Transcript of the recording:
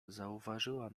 zauważyła